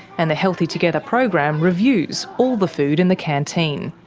and the healthy together program reviews all the food in the canteen.